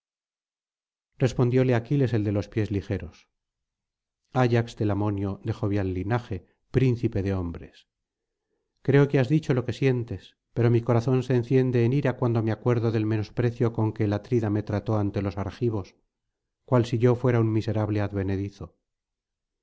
respondióle aquiles el de los pies ligeros ayax telamonio de jovial linaje príncipe de hombres creo que has dicho lo que sientes pero mi corazón se enciende en ira cuando me acuerdo del menosprecio con que el atrida me trató ante los argivos cual si yo fuera un miserable advenedizo